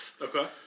Okay